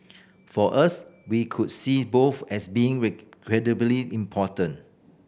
for us we could see both as being incredibly important